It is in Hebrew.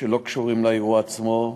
בלי קשר לאירוע עצמו,